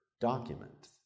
document